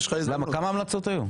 כמה המלצות היו?